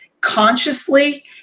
consciously